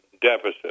deficit